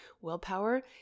willpower